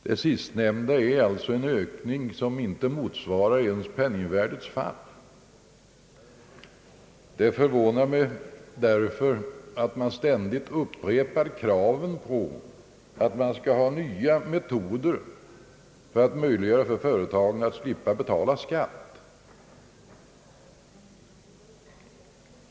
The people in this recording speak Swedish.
Det sistnämnda innebär en ökning som inte ens motsvarar penningvärdets fall. Detta förvånar mig, därför att man ständigt upprepar kraven på nya metoder för att företagen skall slippa betala skatt.